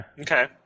Okay